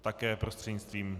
Také mým prostřednictvím.